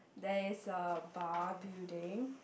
there is a bar building